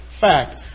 fact